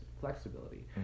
flexibility